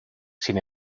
sin